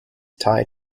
tied